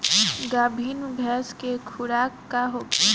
गाभिन भैंस के खुराक का होखे?